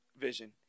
Vision